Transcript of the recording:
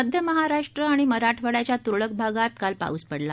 मध्य महाराष्ट्र आणि मराठवाड्याच्या त्रळक भागांत काल पाऊस पडला